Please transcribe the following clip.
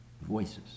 voices